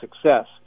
success